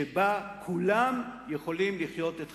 שבה כולם יכולים לחיות את חייהם.